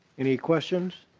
any questions?